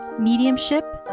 mediumship